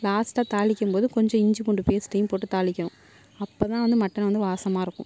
லாஸ்ட்டாக தாளிக்கும் போது கொஞ்சம் இஞ்சி பூண்டு பேஸ்ட்டையும் போட்டு தாளிக்கணும் அப்போத்தான் வந்து மட்டன் வந்து வாசமாயிருக்கும்